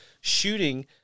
shooting